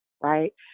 right